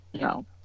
No